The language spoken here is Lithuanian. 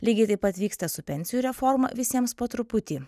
lygiai taip pat vyksta su pensijų reforma visiems po truputį